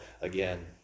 again